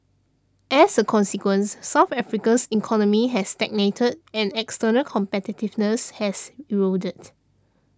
as a consequence South Africa's economy has stagnated and external competitiveness has eroded